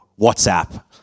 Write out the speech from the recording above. WhatsApp